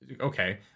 Okay